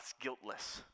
guiltless